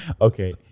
Okay